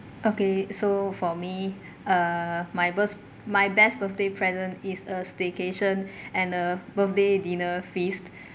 okay so for me uh my bir~ my best birthday present is a staycation and a birthday dinner feast